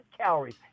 calories